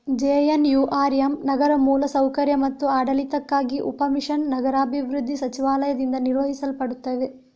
JNURM ನಗರ ಮೂಲ ಸೌಕರ್ಯ ಮತ್ತು ಆಡಳಿತಕ್ಕಾಗಿ ಉಪ ಮಿಷನ್ ನಗರಾಭಿವೃದ್ಧಿ ಸಚಿವಾಲಯದಿಂದ ನಿರ್ವಹಿಸಲ್ಪಡುತ್ತದೆ